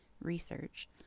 research